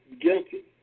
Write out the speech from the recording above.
guilty